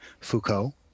Foucault